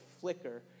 flicker